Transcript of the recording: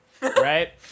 right